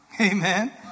Amen